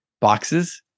boxes